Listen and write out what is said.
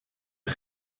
een